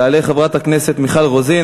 תעלה חברת הכנסת מיכל רוזין,